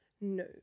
No